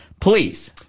Please